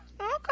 okay